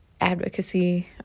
advocacy